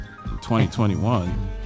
2021